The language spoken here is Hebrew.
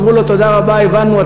אמרו לו: תודה רבה, הבנו.